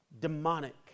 Demonic